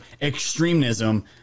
extremism